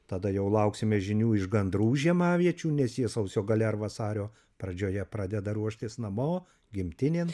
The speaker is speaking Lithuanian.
tada jau lauksime žinių iš gandrų žiemaviečių nes jie sausio gale ar vasario pradžioje pradeda ruoštis namo gimtinėn